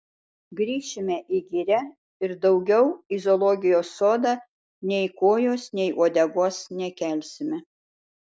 grįšime į girią ir daugiau į zoologijos sodą nei kojos nei uodegos nekelsime